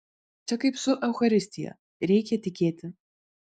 čia kaip su eucharistija reikia tikėti